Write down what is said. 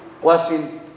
blessing